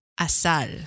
asal